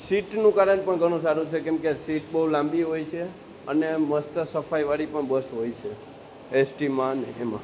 સીટનું કારણ પણ ઘણું સારું છે કેમકે સીટ બહુ લાંબી હોય છે અને મસ્ત સફાઇવાળી પણ બસ હોય છે એસટીમાં ને એમાં